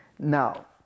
Now